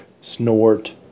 snort